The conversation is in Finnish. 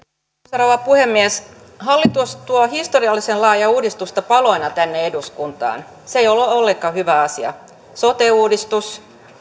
rouva puhemies hallitus tuo historiallisen laajaa uudistusta paloina tänne eduskuntaan se ei ole ollenkaan hyvä asia sote uudistus